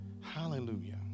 Hallelujah